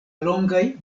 longaj